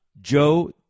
Joe